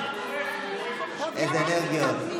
איזה אנרגיות.